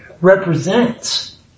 represents